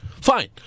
fine